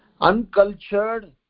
uncultured